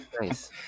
Nice